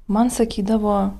man sakydavo